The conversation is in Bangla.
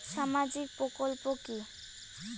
সামাজিক প্রকল্প কি?